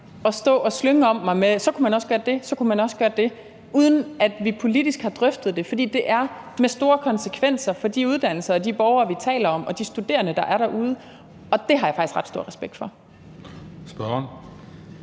at stå og slynge om mig med, at så kunne man også gøre det, og så kunne man også gøre det, uden at vi politisk har drøftet det. For det er med store konsekvenser for de uddannelser og de borgere, vi taler om, og de studerende, der er derude, og det har jeg faktisk ret stor respekt for.